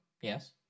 Yes